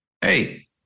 Hey